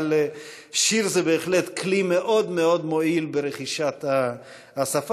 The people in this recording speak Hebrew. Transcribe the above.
שיר זה בהחלט כלי מאוד מאוד מועיל ברכישת השפה,